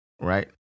right